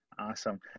Awesome